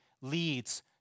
leads